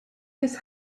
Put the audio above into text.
his